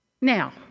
now